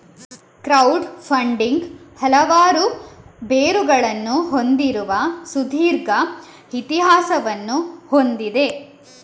crowd funding ಹಲವಾರು ಬೇರುಗಳನ್ನು ಹೊಂದಿರುವ ಸುದೀರ್ಘ ಇತಿಹಾಸವನ್ನು ಹೊಂದಿದೆ